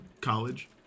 college